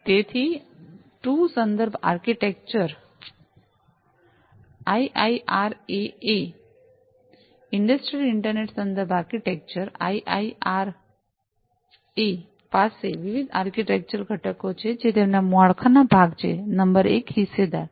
તેથી II સંદર્ભ architecture IIRA એ Architecture - ઇંડસ્ટ્રિયલ ઇન્ટરનેટ સંદર્ભ આર્કિટેક્ચર આઇઆઇઆર એ પાસે વિવિધ આર્કિટેક્ચરલ ઘટકો છે જે તેમના માળખાના ભાગ છે નંબર એક હિસ્સેદાર છે